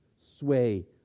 sway